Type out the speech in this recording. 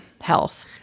health